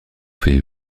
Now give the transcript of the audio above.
fait